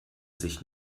sich